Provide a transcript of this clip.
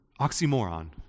oxymoron